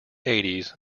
eighties